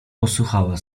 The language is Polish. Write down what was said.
posłuchała